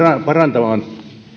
parantamaan